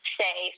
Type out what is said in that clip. say